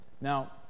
Now